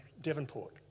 devonport